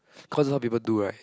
cause a lot people do right